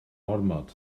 ormod